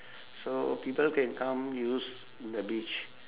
so people can come use the beach